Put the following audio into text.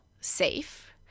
safe